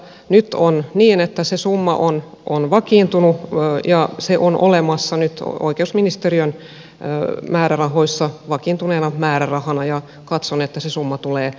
nyt on niin että se summa on vakiintunut ja se on olemassa nyt oikeusministeriön määrärahoissa vakiintuneena määrärahana ja katson että se summa tulee riittämään